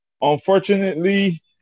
Unfortunately